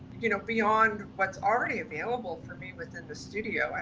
you know, beyond what's already available for me within the studio, and